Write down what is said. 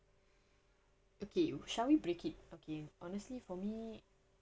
okay shall we break it okay honestly for me